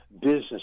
business